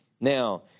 Now